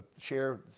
share